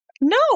no